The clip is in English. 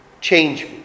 Change